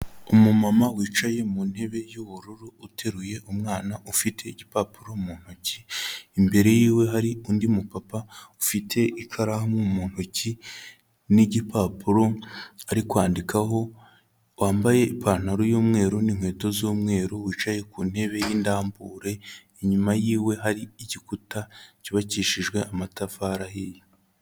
Umumama wicaye mu ntebe y'ubururu uteruye umwana ufite igipapuro mu ntoki imbere yiwe hari undi mupapa ufite ikaramu mu ntoki n'igipapuro ari kwandikaho, wambaye ipantaro y'umweru n'inkweto z'umweru wicaye ku ntebe y'indambure, inyuma yiwe hari igikuta cyubakishijwe amatafari ahiye.